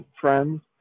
friends